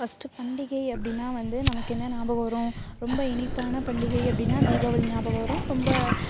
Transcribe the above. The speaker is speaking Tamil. பஸ்ட்டு பண்டிகை அப்படினா வந்து நமக்கு என்ன ஞாபகம் வரும் ரொம்ப இனிப்பான பண்டிகை அப்படினா தீபாவளி ஞாபகம் வரும் ரொம்ப